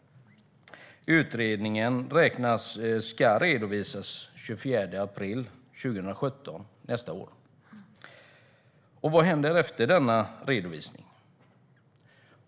Utredningen ska redovisas den 24 april 2017, alltså nästa år. Vad händer efter denna redovisning?